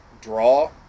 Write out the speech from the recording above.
draw